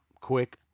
quick